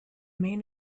main